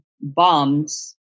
bombs